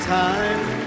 time